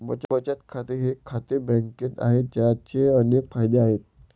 बचत खाते हे खाते बँकेत आहे, ज्याचे अनेक फायदे आहेत